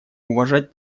уважать